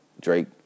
Drake